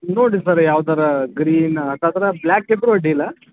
ನೋಡಿ ಸರ್ ಯಾವ ಥರ ಗ್ರೀನ ಹತ್ರತ್ರ ಬ್ಲ್ಯಾಕ್ ಇದ್ದರೂ ಅಡ್ಡಿಲ್ಲ